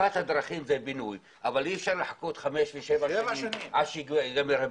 אחת הדרכים זה בינוי אבל אי אפשר לחכות חמש ושבע שנים עד שייגמר הבינוי.